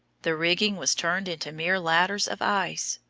the rigging was turned into mere ladders of ice.